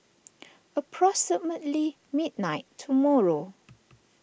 approximately midnight tomorrow